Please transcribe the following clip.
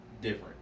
different